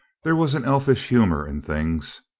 there was an elfish humor in things.